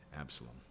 Absalom